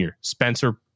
Spencer